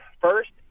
First